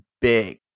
big